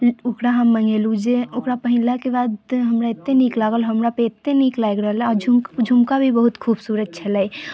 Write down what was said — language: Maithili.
ओकरा हम मङ्गेलहुँ जे ओकरा पहिरलाके बाद हमरा एतेक नीक लागल हमरापर एतेक नीक लागि रहल अइ आ झुम झुमका भी बहुत खूबसूरत छलै